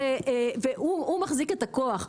-- הוא מחזיק את הכוח,